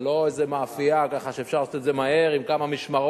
זה לא איזה מאפייה שאפשר לעשות את זה מהר עם כמה משמרות.